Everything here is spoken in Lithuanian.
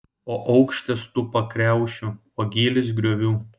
o aukštis tų pakriaušių o gylis griovų